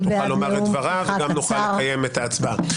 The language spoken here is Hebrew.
תוכל לומר את דברה וגם נוכל לקיים את ההצבעה.